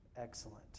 Excellent